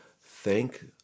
thank